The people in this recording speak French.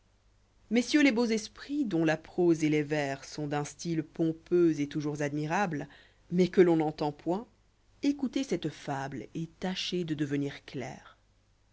m essieirits les beaux esprits dont la prose et les vers sont d'un style pompeux et toujours admirable mais que l'on n'entend point écoutez cette fable et tâchez de devenir clairs